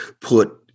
put